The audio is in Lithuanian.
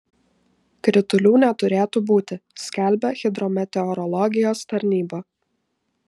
kritulių neturėtų būti skelbia hidrometeorologijos tarnyba